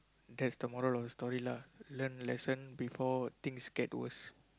that's the moral of the story lah learn lesson before things get worse